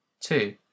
Two